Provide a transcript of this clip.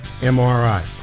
MRI